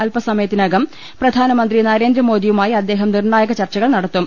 അല്പസമയത്തിനകം പ്രധാനമന്ത്രി നരേന്ദ്രമോദിയു മായി അദ്ദേഹം നിർണ്ണായക ചർച്ചകൾ നടത്തും